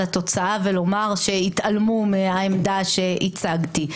התוצאה ולומר שהתעלמו מהעמדה שהצגתי.